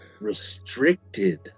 restricted